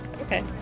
Okay